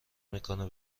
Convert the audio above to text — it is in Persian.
میکنه